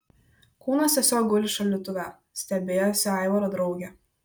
kūnas tiesiog guli šaldytuve stebėjosi aivaro draugė